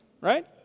Right